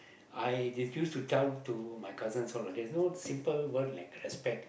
I refuse to tell to my cousins all ah there's no simple word like respect